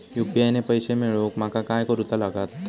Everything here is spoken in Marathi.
यू.पी.आय ने पैशे मिळवूक माका काय करूचा लागात?